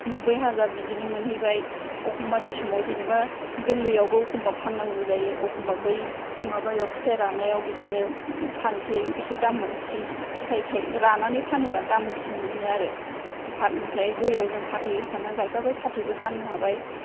नोब्बै हाजार बिदिनो मोनहैबाय एखनबा नि समाव जेनोबा गोरलै आवबो एखमबा फाननांगौ जायो एखनबा बै माबा फिथाइ रानायाव बिदिनो फानसै एसे दाम मोनसै फिथाइ थाइ रानानै फानोबा दामसिन मोनो आरो ओमफ्राय गय आव जों फाथै होफानानै गायफाबाय फाथैबो फाननो हाबाय